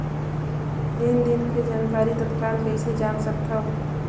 लेन देन के जानकारी तत्काल कइसे जान सकथव?